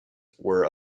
were